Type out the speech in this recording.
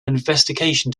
investigation